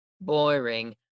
Boring